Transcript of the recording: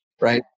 Right